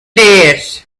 this